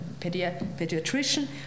pediatrician